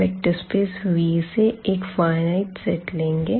vector space V से एक finite set लेंगे